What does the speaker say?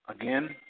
again